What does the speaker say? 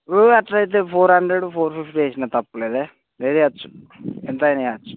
ఓ అట్లయితే four hundred four fifty వేసిన తప్పులేదు వేయచ్చు ఎంత అయిన వేయచ్చు